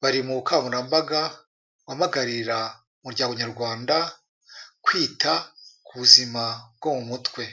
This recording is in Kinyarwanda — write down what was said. bari mu bukangurambaga bahamagarira umuryango Nyarwanda, kwita ku buzima bwo mu mutwe.